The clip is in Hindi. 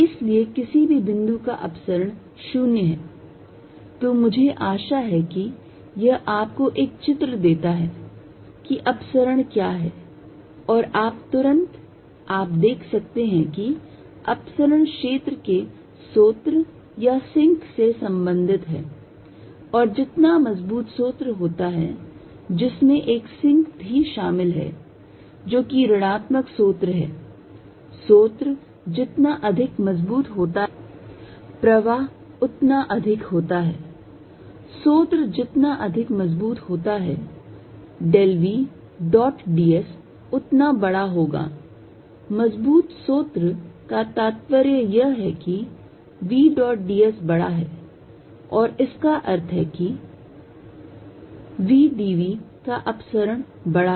इसलिए किसी भी बिंदु का अपसरण 0 है तो मुझे आशा है कि यह आपको एक चित्र देता है कि अपसरण क्या है और आप तुरंत आप देख सकते हैं कि अपसरण क्षेत्र के स्रोत या सिंक से संबंधित है और जितना मजबूत स्रोत होता है जिसमें एक सिंक भी शामिल है जो कि ऋणात्मक स्रोत है स्रोत जितना अधिक मजबूत होता है प्रवाह उतना अधिक होता है स्रोत जितना अधिक मजबूत होता है del v dot d s उतना बड़ा होगा मजबूत स्रोत का तात्पर्य यह है कि v dot ds बड़ा है और इसका अर्थ है कि v d v का अपसरण बड़ा है